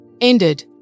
ended